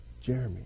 Jeremy